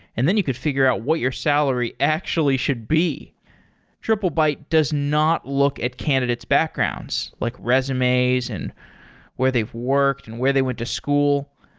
and then you could figure out what your salary actually should be triplebyte does not look at candidates' backgrounds, like resumes and where they've worked and where they went to school.